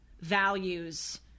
values